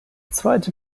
zweite